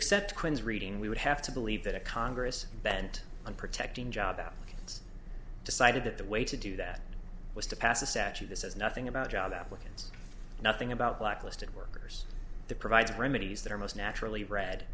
accept quinn's reading we would have to believe that a congress bent on protecting job that it's decided that the way to do that was to pass a statute that says nothing about job applicants nothing about blacklisted workers the provides remedies that are most naturally read